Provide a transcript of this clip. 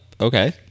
Okay